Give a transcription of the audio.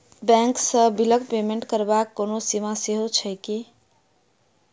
Bank सँ बिलक payment करबाक कोनो सीमा सेहो छैक की?